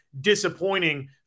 disappointing